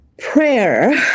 Prayer